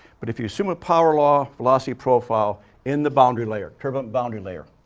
but if you assume a power law velocity profile in the boundary layer, turbulent boundary layer,